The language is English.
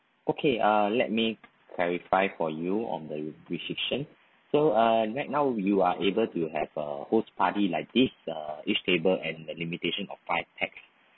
okay uh let me clarify for you on the restriction so uh right now you are able to have uh host party like this uh each table and uh limitation of five pax